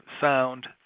sound